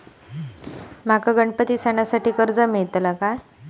माका गणपती सणासाठी कर्ज मिळत काय?